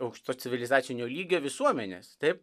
aukšto civilizacinio lygio visuomenės taip